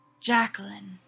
Jacqueline